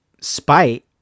spite